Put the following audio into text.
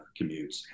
commutes